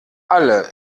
alle